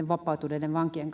vapautuneiden vankien